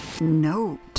note